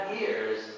ears